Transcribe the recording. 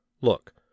look